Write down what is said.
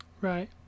Right